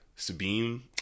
Sabine